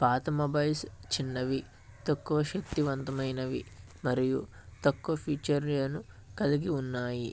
పాత మొబైల్స్ చిన్నవి తక్కువ శక్తివంతమైనవి మరియు తక్కువ ఫీచర్లను కలిగి ఉన్నాయి